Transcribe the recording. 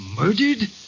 murdered